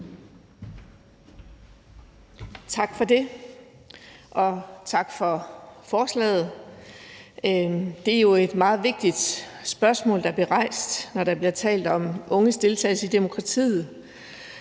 Tak for det, og tak for forslaget. Det er jo et meget vigtigt spørgsmål, der bliver rejst, når der bliver talt om unges deltagelse i demokratiet.